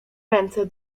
ręce